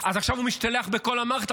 אז עכשיו הוא משתלח על כל המערכת.